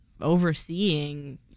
overseeing